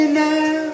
now